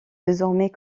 désormais